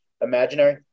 imaginary